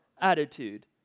attitude